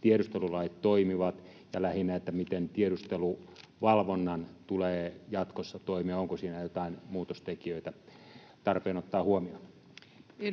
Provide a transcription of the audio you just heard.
tiedustelulait toimivat, ja lähinnä siihen, miten tiedusteluvalvonnan tulee jatkossa toimia? Onko siinä joitain muutostekijöitä tarpeen ottaa huomioon?